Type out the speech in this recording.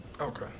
Okay